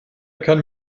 kann